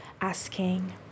asking